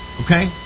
okay